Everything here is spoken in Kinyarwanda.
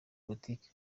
politiki